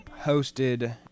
hosted